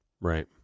Right